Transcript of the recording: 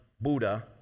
Buddha